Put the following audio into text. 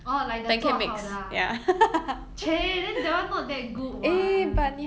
orh like the 做好的 ah !chey! then that [one] not that good [what]